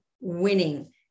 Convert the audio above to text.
winning